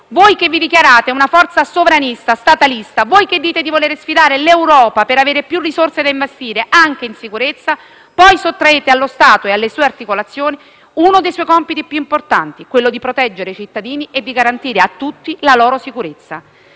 Voi che vi dichiarate una forza sovranista e statalista, voi che dite di voler sfidare l'Europa per avere più risorse da investire anche in sicurezza, poi sottraete allo Stato e alle sue articolazioni uno dei suoi compiti più importanti: quello di proteggere i cittadini e di garantire la loro sicurezza.